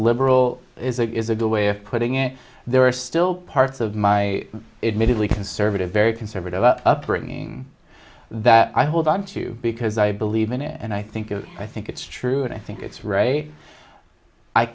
liberal is a is a good way of putting it there are still parts of my admittedly conservative very conservative up upbringing that i hold onto because i believe in it and i think it i think it's true and i think it's r